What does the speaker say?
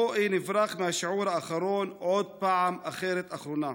בואי נברח מהשיעור האחרון עוד פעם אחת אחרונה,